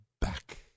back